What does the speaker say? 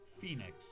Phoenix